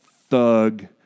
thug